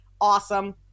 awesome